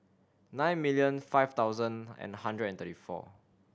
nine million five thousand and hundred and thirty four